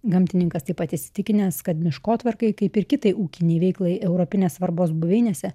gamtininkas taip pat įsitikinęs kad miškotvarkai kaip ir kitai ūkinei veiklai europinės svarbos buveinėse